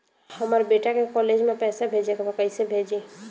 हमर बेटा के कॉलेज में पैसा भेजे के बा कइसे भेजी?